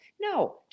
No